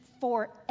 Forever